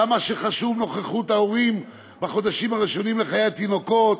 כמה חשובה נוכחות ההורים בחודשים הראשונים לחיי התינוקות,